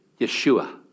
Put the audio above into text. Yeshua